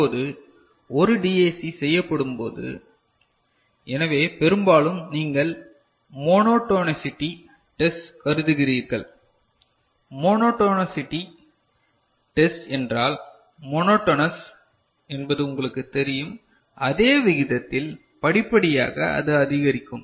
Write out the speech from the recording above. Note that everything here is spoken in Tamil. இப்போது ஒரு டிஏசி செய்யப்படும்போது எனவே பெரும்பாலும் நீங்கள் மோனோடோனிசிட்டி டெஸ்ட் கருதுகிறீர்கள் மோனோடோனிசிட்டி டெஸ்ட் என்றால் மோனா டோன்ஸ் என்பது உங்களுக்குத் தெரியும் அதே விகிதத்தில் படிப்படியாக அது அதிகரிக்கும்